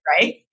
right